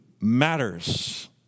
matters